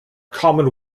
common